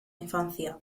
infancia